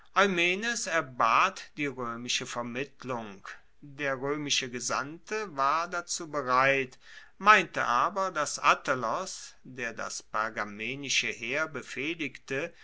erbat die roemische vermittlung der roemische gesandte war dazu bereit meinte aber dass attalos der das pergamenische heer befehligte